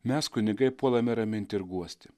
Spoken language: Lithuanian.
mes kunigai puolame raminti ir guosti